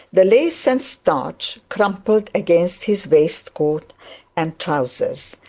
the lace and starch crumpled against his waistcoat and trousers,